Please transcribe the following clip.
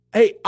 Hey